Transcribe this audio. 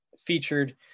featured